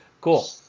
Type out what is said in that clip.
cool